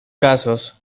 casos